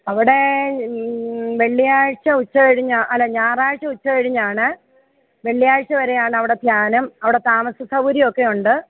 അവിടെ വെള്ളിയാഴ്ച ഉച്ചകഴിഞ്ഞ് അല്ല ഞായറാഴ്ച ഉച്ചകഴിഞ്ഞാണ് വെള്ളിയാഴ്ച വരെയാണ് അവിടെ ധ്യാനം അവിടെ താമസ സൗകര്യം ഒക്കെ ഉണ്ട്